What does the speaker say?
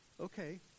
Okay